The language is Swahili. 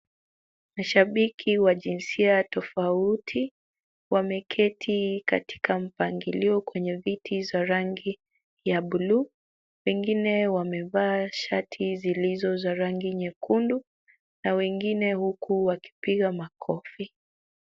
Mashabiki wa jinsia tofauti, wameketi katika mpangilio kwenye viti za rangi ya blue . Wengine wamevaa shati zilizo za rangi nyekundu na wengine huku wakipiga makofi.